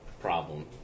problem